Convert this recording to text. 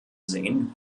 sehen